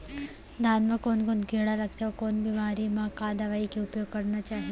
धान म कोन कोन कीड़ा लगथे अऊ कोन बेमारी म का दवई के उपयोग करना चाही?